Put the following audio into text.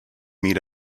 meet